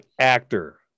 actor